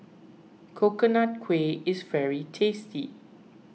Coconut Kuih is very tasty